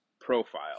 profile